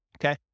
okay